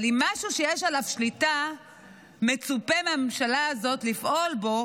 אבל אם משהו שיש עליו שליטה ומצופה מהממשלה הזאת לפעול בו,